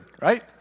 right